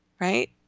right